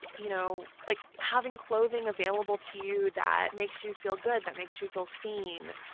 you know like having clothing available to you that makes you feel good, that makes you feel seen.